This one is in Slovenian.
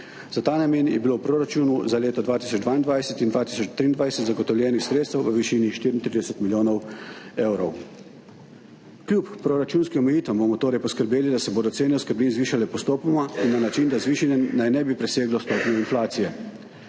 Za ta namen je bilo v proračunu za leti 2022 in 2023 zagotovljenih sredstev v višini 34 milijonov evrov. Kljub proračunskim omejitvam bomo torej poskrbeli, da se bodo cene oskrbnin zvišale postopoma in na način, da z višanjem naj ne bi preseglo stopnjo inflacije.